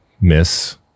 miss